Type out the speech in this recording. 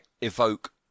evoke